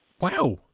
Wow